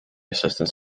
assistant